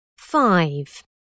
Five